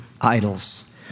idols